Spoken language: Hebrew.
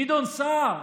גדעון סער,